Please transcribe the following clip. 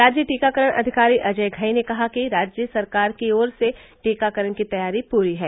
राज्य टीकाकरण अधिकारी अजय घई ने कहा कि सरकार की ओर से टीकाकरण की तैयारी पूरी है